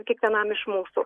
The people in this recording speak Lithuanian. kiekvienam iš mūsų